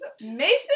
Mason